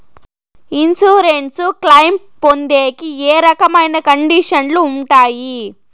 Insurance claim పొందేకి ఏ రకమైన కండిషన్లు ఉంటాయి?